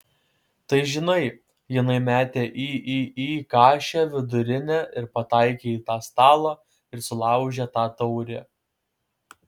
tai žinai jinai mėtė į į į kašę vidurinę ir pataikė į tą stalą ir sulaužė tą taurę